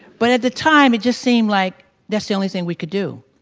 but at the time it just seemed like that's the only thing we could do.